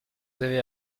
avez